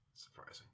surprising